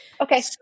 Okay